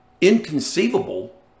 inconceivable